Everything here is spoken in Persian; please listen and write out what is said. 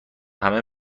همه